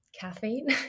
Caffeine